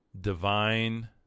divine